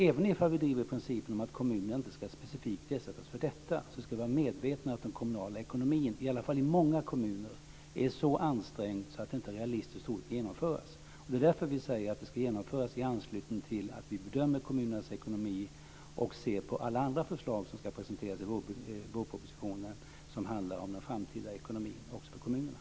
Även ifall vi driver principen att kommunerna inte ska specifikt ersättas för detta ska vi vara medvetna om att den kommunala ekonomin i varje fall i många kommuner är så ansträngd att det inte är realistiskt att genomföra. Det är därför vi säger att det ska genomföras i anslutning till att vi bedömer kommunernas ekonomi och ser på alla andra förslag som ska presenteras i vårpropositionen som handlar om den framtida ekonomin också för kommunerna.